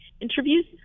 interviews